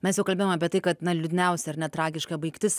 mes jau kalbėjom apie tai kad liūdniausia ar ne tragiška baigtis